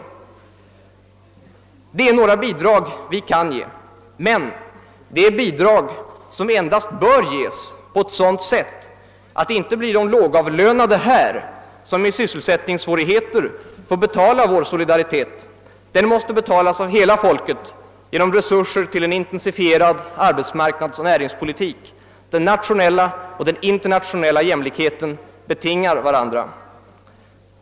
Detta är några bidrag som vi kan ge, men de bör ges på sådant sätt att det inte blir de lågavlönade här som med sysselsättningssvårigheter får betala vår solidaritet; den måste betalas av hela folket genom resurser till intensifierad arbetsmarknadsoch näringspolitik — den nationella och den internationella jämlikheten betingar varandra.